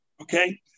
okay